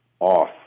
off